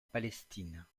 palestine